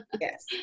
Yes